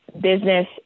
business